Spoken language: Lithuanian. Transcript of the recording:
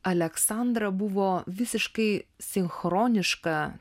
aleksandra buvo visiškai sinchroniška